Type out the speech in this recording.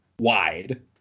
wide